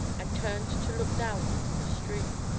and turned to look down into the stream.